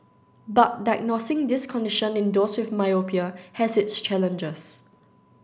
but diagnosing this condition in those with myopia has its challenges